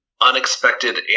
unexpected